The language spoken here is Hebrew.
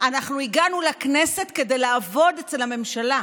אנחנו הגענו לכנסת כדי לעבוד אצל הממשלה,